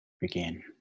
Begin